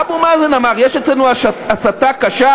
אבו מאזן אמר: יש אצלנו הסתה קשה,